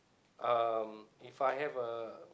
um If I have a